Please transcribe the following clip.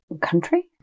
country